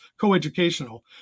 coeducational